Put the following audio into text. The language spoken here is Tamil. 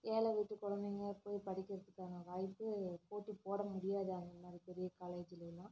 ஏழை வீட்டு குழந்தைங்க போய் படிக்கிறத்துக்கான வாய்ப்பு போட்டிப்போட முடியாது அந்த மாதிரி பெரிய காலேஜுலயெல்லாம்